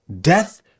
death